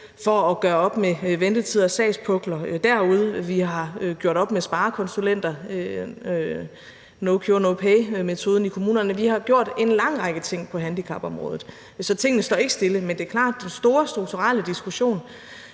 for at gøre op med ventetider og sagspukler derude. Vi har gjort op med sparekonsulenter og no cure, no pay-metoden i kommunerne. Vi har gjort en lang række ting på handicapområdet. Så tingene står ikke stille, men det er klart, at den store strukturelle diskussion,